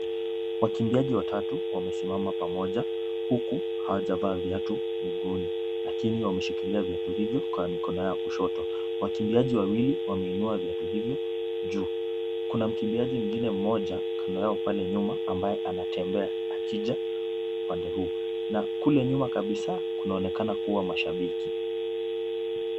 Wakimbiaji watatu wamesimama pamoja huku hawajavaa viatu mguuni lakini wameshikilia viatu hivyo kwa mkono wa kushoto. Wakimbiaji wawili wameinua viatu hivyo juu. Kuna mkimbiaji mwingine mmoja kando yao pale nyuma ambaye anatembea akija upande huu na kule nyuma kabisa kunaonekana kuwa mashabiki.